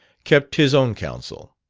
kept his own counsel.